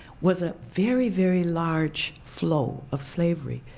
was a very, very large flow of slavery.